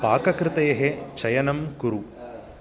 पाककृतेः चयनं कुरु